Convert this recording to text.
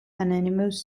unanimous